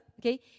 okay